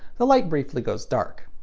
the light briefly goes dark.